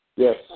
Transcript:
Yes